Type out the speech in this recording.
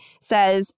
says